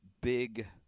big